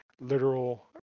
literal